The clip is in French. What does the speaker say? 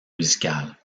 musicale